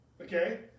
Okay